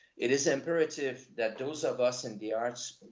it is imperative that those of us in the arts,